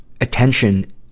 attention